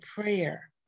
prayer